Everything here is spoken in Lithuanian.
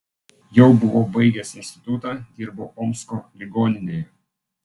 jau buvau baigęs institutą dirbau omsko ligoninėje